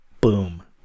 Boom